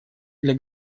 для